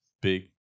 big